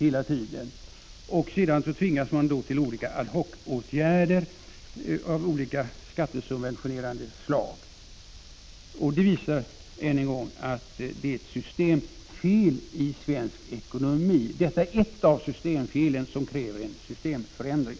Och man har sedan tvingats till olika ad-hoc-åtgärder av skilda skattesubventionerande slag. Det visar än en gång att det är ett systemfel i svensk ekonomi. Detta är ett av systemfelen, som kräver en systemförändring.